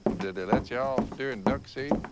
did they let you off during duck season?